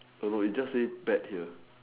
don't know it just say bet here